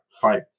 fight